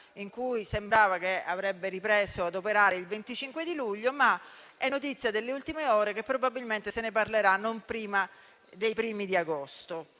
cui sembrava che avrebbe ripreso ad operare il 25 luglio. È notizia delle ultime ore che probabilmente se ne parlerà non prima dell'inizio di agosto;